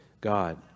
God